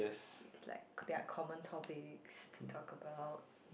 it's like there are common topics to talk about